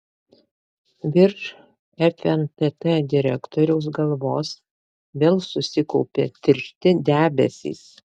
virš fntt direktoriaus galvos vėl susikaupė tiršti debesys